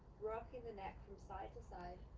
rocking the neck from side to side.